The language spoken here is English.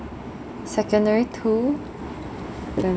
secondary two then